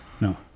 No